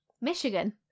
Michigan